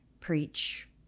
preach